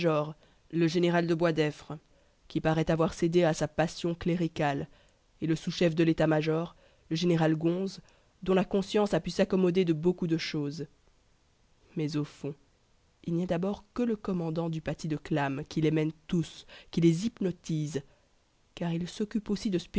le général de boisdeffre qui paraît avoir cédé à sa passion cléricale et le sous-chef de l'état major le général gonse dont la conscience a pu s'accommoder de beaucoup de choses mais au fond il n'y a d'abord que le commandant du paty de clam qui les mène tous qui les hypnotise car il s'occupe aussi de